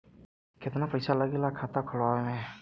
कितना पैसा लागेला खाता खोलवावे में?